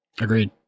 agreed